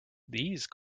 these